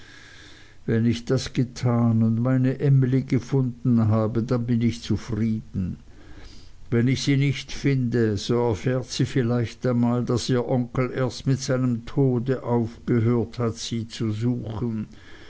wenn ich das getan und meine emly gefunden habe dann bin ich zufrieden wenn ich sie nicht finde so erfährt sie vielleicht einmal daß ihr onkel erst mit seinem tode aufgehört hat sie zu suchen